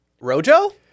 Rojo